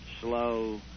slow